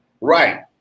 right